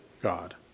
God